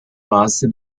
base